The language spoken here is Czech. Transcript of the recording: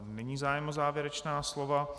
Není zájem o závěrečná slova.